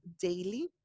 daily